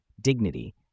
dignity